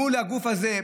מול הגוף הזה,